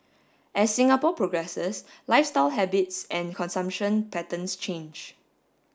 as Singapore progresses lifestyle habits and consumption patterns change